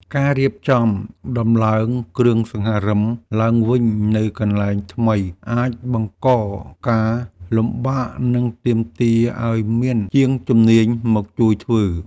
ការរៀបចំដំឡើងគ្រឿងសង្ហារិមឡើងវិញនៅកន្លែងថ្មីអាចបង្កការលំបាកនិងទាមទារឱ្យមានជាងជំនាញមកជួយធ្វើ។